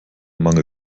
mangel